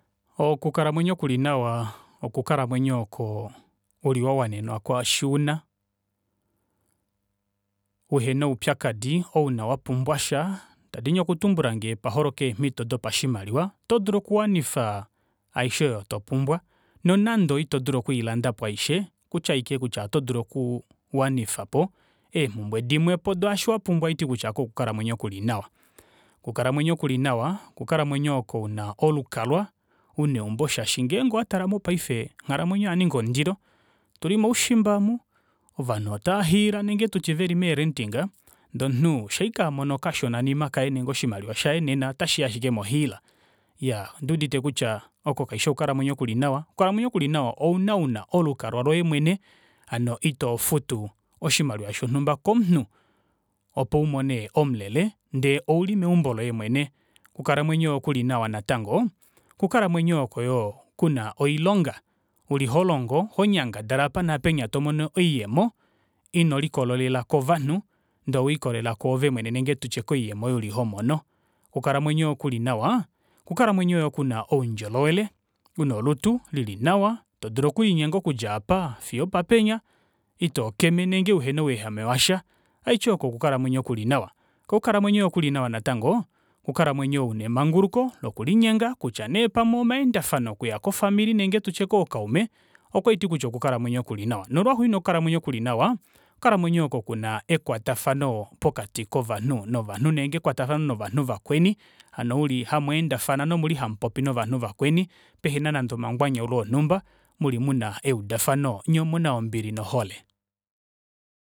Okukalamwenyo kuli nawa oku kalamwenyo oko uli wawanenenwa kwaasho una, uhena oupyakadi ouna wapumbwasha ndadini okutumbula ngee paholoka eemito dopashimaliwa oto dulu okuwanifa aishe oyo topumbwa nonande ito dulu oku ilandapo aishe okutya aike kutya otodulu okuu wanifapo eembumbwe dimwepo daasho wapumbwa osho haiti kutya oko oku kalamwenyo kuli nawa okukalamwenyo kuli nawa, oku lalamwenyo oko una olukalwa una eumbo shaashi ngeenge owatale mopaife onghalamwenyo oyaninga ondilo otuli moushimba omu ovanhu otava hiila nenge tutye veli mee renting ndee omunhu shaaike amono okashonanima kaye nenge oshimaliwa shaye nena ota shii ashike hiila. Iyaa onduudite kutya oko kushi okukalamwenyo kuli nawa okukalamwenyo kuli nawa ouna una olukalwa lwoye mwene hano itofutu oshimaliwa shonumba komunhu opo umone omulele ndee ouli meumbo loye mwene okulalamwenyo kulinawa natango, okukalamwenyo oko yoo kuna oilonga, uli holongo honyangadala apa naapenya tomono oyuuyemo ino likololela kovanhu ndee owelikolelela kwoove mwene nenge tutye koyuuyemo uli homono. Okukalamwenyo kuli nawa okukalamwenyo yoo kuna oudjolowele una olutu lilinawa todulu okulinyenga okudja apa fiyo opapenya itookeme nenge uhena ouyehame washa ohati oko okukalamwenyo kuli nawa kwoo okukalamwenyo yoo kulinanwa natango okukalamwenyo una emanguluko loku linyenga kutya nee pamwe omanendafano okuya kofamili nenge tutye koo kaume oko haiti kutya oku kalamwenyo kuli nawa. Nolwaxuuninwa okukalamwenyo kulinawa okukalamwenyo oko kuna ekwatafano pokati kovanhu novanhu nenge ekwatafano novanhu vakweni hano uli hamweendafana nouli hamupopi novanu vakweni pehena nande omangwanyaulo onumba muli muna eudafano nyee omuna ombili nohole.